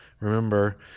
remember